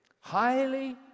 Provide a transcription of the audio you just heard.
highly